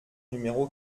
numéro